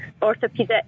orthopedic